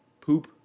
poop